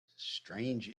strange